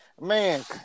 Man